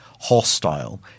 hostile